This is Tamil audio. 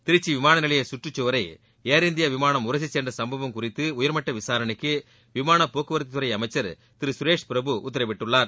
திருச்சி விமானநிலைய சுற்றுச்சுவனர் ஏர் இந்தியா விமானம் உரசி சென்ற சம்பவம் குறித்து உயர்மட்ட விசாரணைக்கு விமான போக்குவரத்து அமைச்சர் திரு சுரேஷ் பிரபு உத்தரவிட்டுள்ளார்